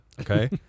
okay